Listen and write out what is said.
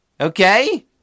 Okay